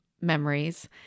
memories